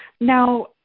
Now